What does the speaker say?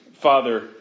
Father